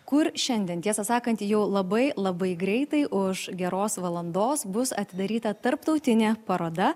kur šiandien tiesą sakant jau labai labai greitai už geros valandos bus atidaryta tarptautinė paroda